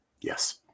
Yes